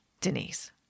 Denise